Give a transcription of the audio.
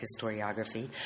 historiography